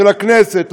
של הכנסת,